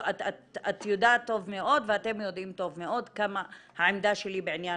את יודעת ואתם יודעים טוב מאוד כמה העמדה שלי בעניין